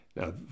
Now